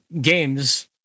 games